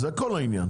זה כל העניין.